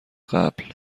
قبل